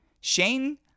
Shane